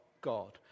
God